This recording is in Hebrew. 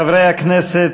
חברי הכנסת,